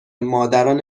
مادران